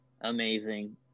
amazing